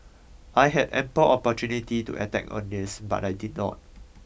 I had ample opportunity to attack on this but I did not